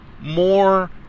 more